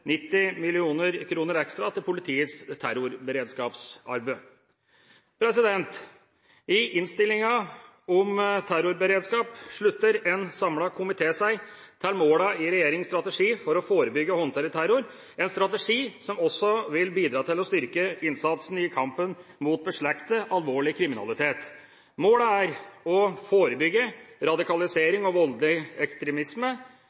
90 mill. kr ekstra til politiets terrorberedskapsarbeid. I innstillingen om terrorberedskap slutter en samlet komité seg til målene i regjeringas strategi for å forebygge og håndtere terror, en strategi som også vil bidra til å styrke innsatsen i kampen mot beslektet, alvorlig kriminalitet. Målene er å forebygge